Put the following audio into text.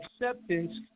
acceptance